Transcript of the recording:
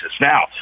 Now